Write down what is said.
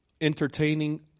entertaining